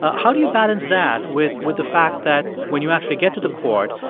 ah how do you balance that with with the fact that when you actually get to the court,